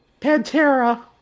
Pantera